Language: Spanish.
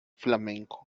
flamenco